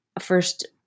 first